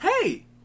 Hey